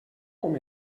com